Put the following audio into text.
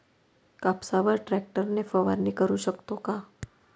कापसावर ट्रॅक्टर ने फवारणी करु शकतो का?